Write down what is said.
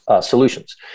solutions